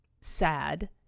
sad